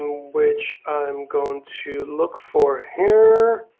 which i am going to look for here.